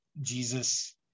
Jesus